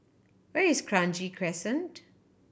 where is Kranji Crescent